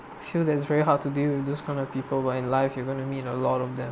feel that it's very hard to deal with this kind of people but in life you're going to meet a lot of them